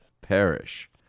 perish